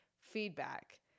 feedback